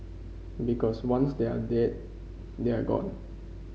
because once they're dead they're gone